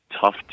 tough